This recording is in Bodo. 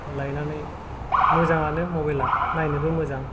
लायनानै मोजांआनो मबाइला नायनोबो मोजां